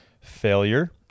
Failure